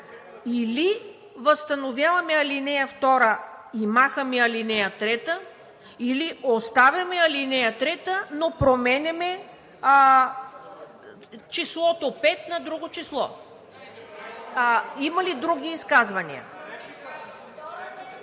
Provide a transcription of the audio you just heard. Или възстановяваме ал. 2 и махаме ал. 3, или оставяме ал. 3, но променяме числото 5 на друго число. Има ли други изказвания?